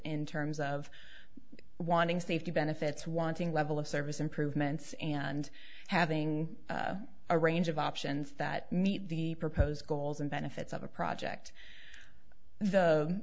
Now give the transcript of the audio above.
in terms of wanting safety benefits wanting level of service improvements and having a range of options that meet the proposed goals and benefits of a project the